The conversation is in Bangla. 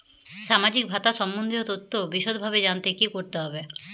সামাজিক ভাতা সম্বন্ধীয় তথ্য বিষদভাবে জানতে কী করতে হবে?